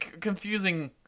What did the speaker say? confusing